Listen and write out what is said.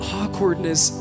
awkwardness